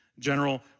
General